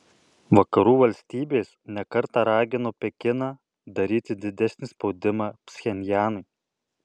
vakarų valstybės ne kartą ragino pekiną daryti didesnį spaudimą pchenjanui